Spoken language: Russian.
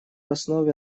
основе